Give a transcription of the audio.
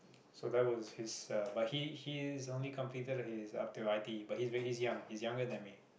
so that was his uh but he he is only completed his up till i_t_e but he is very he's young he is younger than me